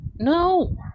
no